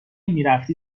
میرفتی